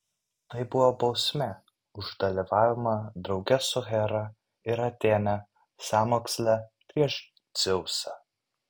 tai buvo bausmė už dalyvavimą drauge su hera ir atėne sąmoksle prieš dzeusą